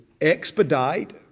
expedite